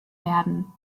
werden